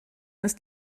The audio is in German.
ist